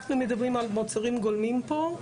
אנחנו מדברים על מוצרים גולמיים פה,